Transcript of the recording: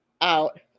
out